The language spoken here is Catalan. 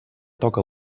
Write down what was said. toca